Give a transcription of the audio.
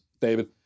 David